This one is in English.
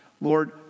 Lord